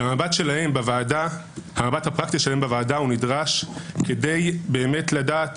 המבט הפרקטי שלהם בוועדה נדרש כדי באמת לדעת